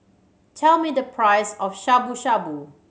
tell me the price of Shabu Shabu